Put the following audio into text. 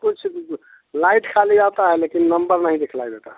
कुछ लाइट खाली आती है लेकिन नंबर दिखलाई देती है